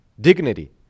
dignity